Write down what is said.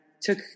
took